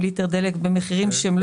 במקרה הזה,